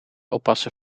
oppassen